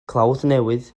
clawddnewydd